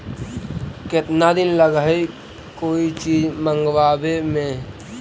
केतना दिन लगहइ कोई चीज मँगवावे में?